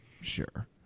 Sure